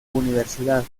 universidad